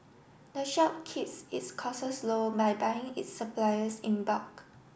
the shop kiss its costs low by buying its supplies in bulk